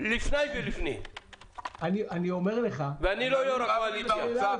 לפני ולפנים, ואני לא יושב-ראש הקואליציה.